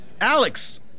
Alex